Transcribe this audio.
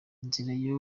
inzira